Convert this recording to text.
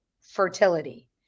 fertility